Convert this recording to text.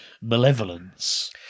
malevolence